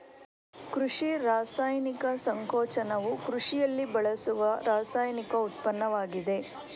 ಕೃಷಿ ರಾಸಾಯನಿಕ ಸಂಕೋಚನವು ಕೃಷಿಯಲ್ಲಿ ಬಳಸುವ ರಾಸಾಯನಿಕ ಉತ್ಪನ್ನವಾಗಿದೆ